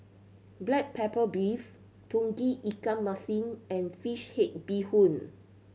black pepper beef Tauge Ikan Masin and fish head bee hoon